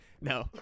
No